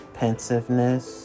...pensiveness